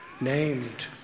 named